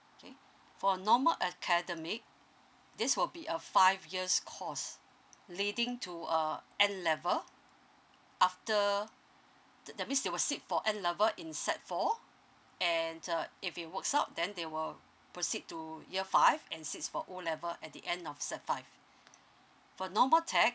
okay for normal academic this will be a five years course leading to err N level after the that means they will sit for N level in sec four and uh if it works out then they will proceed to year five and sit for O level at the end of sec five for normal tech